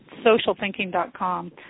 socialthinking.com